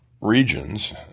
regions